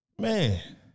man